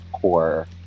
core